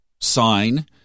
sign